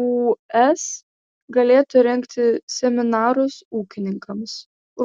lūs galėtų rengti seminarus ūkininkams